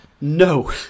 No